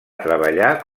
treballar